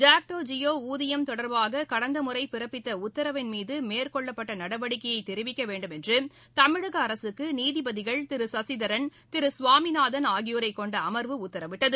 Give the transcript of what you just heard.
ஜாக்டோ ஜியோ ஊதியம் தொடர்பாக கடந்த முறை பிறப்பித்த உத்தரவின் மீது மேற்கொள்ளப்பட்ட நடவடிக்கையை தெரிவிக்க வேண்டும் என்று தமிழக அரசுக்கு நீதிபதிகள் திரு சசிதரன் திரு சுவாமிநாதன் ஆகியோரை கொண்ட அமர்வு உத்தரவிட்டது